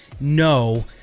no